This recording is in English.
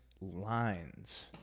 lines